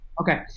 Okay